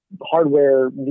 hardware